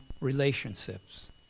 relationships